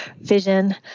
vision